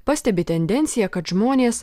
pastebi tendenciją kad žmonės